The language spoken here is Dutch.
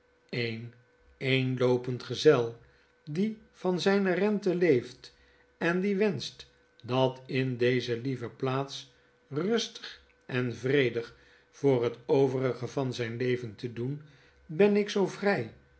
een eenloopend gezel die van zijne renten leeft en die wenscht dat in deze lieve plaats rustig en vredig voor het overige van zijn leven te doen ben ik zoo vrij